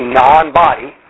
non-body